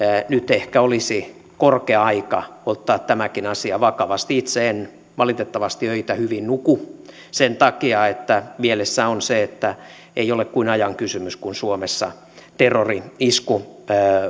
nyt ehkä olisi korkea aika ottaa tämäkin asia vakavasti itse en valitettavasti öitä hyvin nuku sen takia että mielessä on se että ei ole kuin ajan kysymys kun suomessa terrori isku